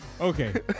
Okay